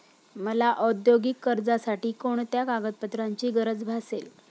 मला औद्योगिक कर्जासाठी कोणत्या कागदपत्रांची गरज भासेल?